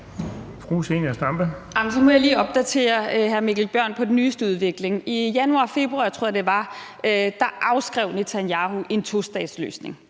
Så må jeg lige opdatere hr. Mikkel Bjørn på den nyeste udvikling. I januar eller februar, tror jeg det var, afskrev Netanyahu en tostatsløsning,